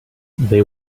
they